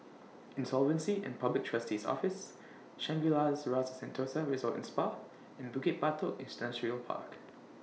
Insolvency and Public Trustee's Office Shangri La's Rasa Sentosa Resort and Spa and Bukit Batok Industrial Park